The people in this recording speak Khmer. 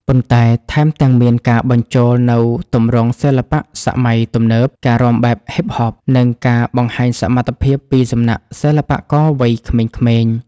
ប៉ុន្តែថែមទាំងមានការបញ្ចូលនូវទម្រង់សិល្បៈសម័យទំនើប ការរាំបែប Hip-hop និងការបង្ហាញសមត្ថភាពពីសំណាក់សិល្បករវ័យក្មេងៗ។